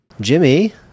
Jimmy